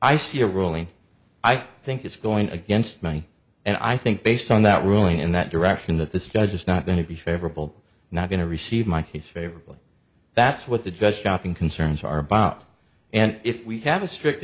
i see a ruling i think it's going against me and i think based on that ruling in that direction that this judge is not going to be favorable not going to receive my case favorably that's what the judge shopping concerns are about and if we have a strict